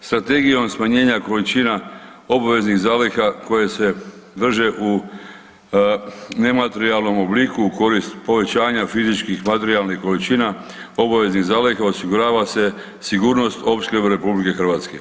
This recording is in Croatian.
Strategijom smanjenja količina obveznih zaliha koje se drže u nematerijalnom obliku u korist povećanja fizičkih materijalnih količina obaveznih zaliha osigurava se sigurnost opskrbe RH.